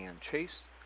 Chase